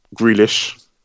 Grealish